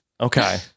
okay